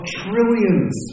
trillions